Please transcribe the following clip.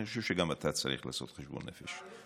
אני חושב שגם אתה צריך לעשות חשבון נפש,